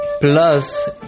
plus